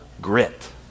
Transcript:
grit